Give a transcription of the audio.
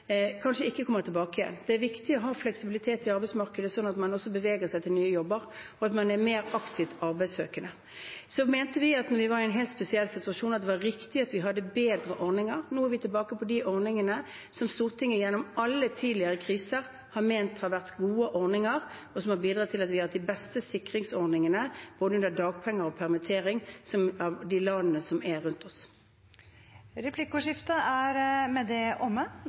kanskje ikke kommer tilbake igjen. Det er viktig å ha fleksibilitet i arbeidsmarkedet sånn at man også beveger seg til nye jobber, at man er mer aktivt arbeidssøkende. Vi mente at når vi var i en helt spesiell situasjon, var det riktig at vi hadde bedre ordninger. Nå er vi tilbake på de ordningene som Stortinget gjennom alle tidligere kriser har ment har vært gode ordninger, og som har bidratt til at vi har hatt de beste sikringsordningene når det gjelder både dagpenger og permittering, av landene rundt oss. Replikkordskiftet er med det omme.